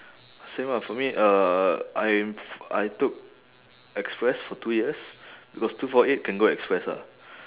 same ah for me uh I'm I took express for two years because two four eight can go express ah